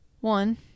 One